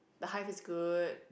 the Hive is good